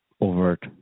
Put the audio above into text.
overt